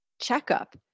checkup